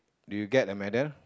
do you get a medal